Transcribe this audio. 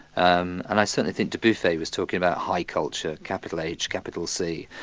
um and i certainly think dubuffet was talking about high culture, capital h, capital c.